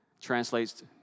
translates